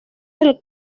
del